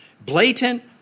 blatant